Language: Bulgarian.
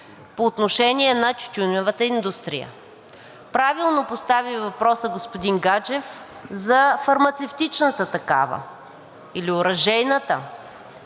по отношение на тютюневата индустрия. Правилно постави въпроса господин Гаджев за фармацевтичната такава или оръжейната,